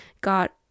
got